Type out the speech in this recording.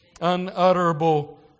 Unutterable